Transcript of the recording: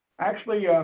actually,